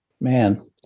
Man